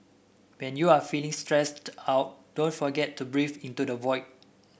when you are feeling stressed out don't forget to breathe into the void